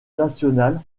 national